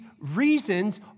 reasons